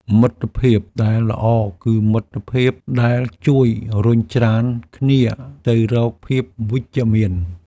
មិត្តភាពដែលល្អគឺមិត្តភាពដែលជួយរុញច្រានគ្នាទៅរកភាពវិជ្ជមាន។